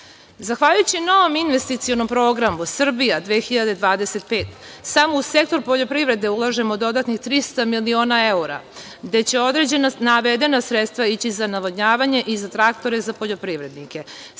preduzeća. Zahvaljujući novom investicionom programu „Srbija 2025“ samo u sektor poljoprivrede ulažemo dodatnih 300 miliona evra, gde će određena navedena sredstva ići za navodnjavanje i za traktore za poljoprivrednike. Svakako